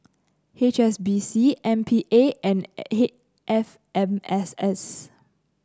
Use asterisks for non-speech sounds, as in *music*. H S B C M P A and *noise* F M S S